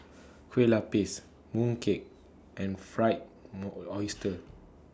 Kueh Lapis Mooncake and Fried More Oyster